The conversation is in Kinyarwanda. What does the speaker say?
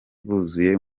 buzuye